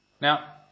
Now